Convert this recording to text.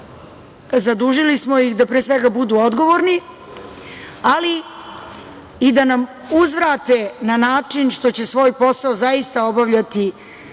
zadužili smo ih da pre svega budu odgovorni, ali i da nam uzvrate na način što će svoj posao zaista obavljati